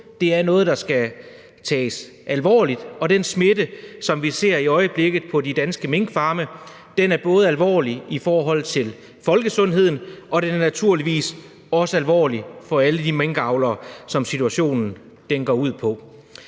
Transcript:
Det er noget, der skal tages alvorligt, og den smitte, som vi ser i øjeblikket på de danske minkfarme, er både alvorlig i forhold til folkesundheden, og den er naturligvis også alvorlig for alle de minkavlere, som det går ud